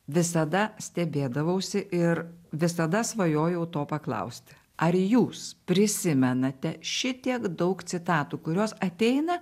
visada stebėdavausi ir visada svajojau to paklausti ar jūs prisimenate šitiek daug citatų kurios ateina